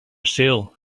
sale